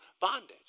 bondage